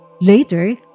Later